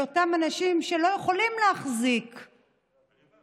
על אותם אנשים שלא יכולים להחזיק רכב,